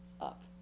up